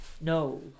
No